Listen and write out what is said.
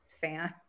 fan